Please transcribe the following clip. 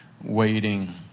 waiting